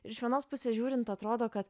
iš vienos pusės žiūrint atrodo kad